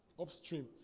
Upstream